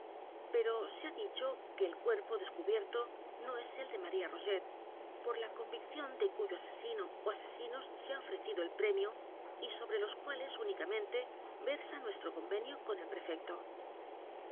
s e ha dicho que el cuerpo descubierto no es el de maría rogét por la convicción de cuyo asesino ó asesinos se h a ofrecido el premio y sobre los cuales únicamente versa nuestro convenio con el prefecto